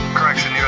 Correction